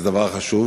וזה דבר חשוב,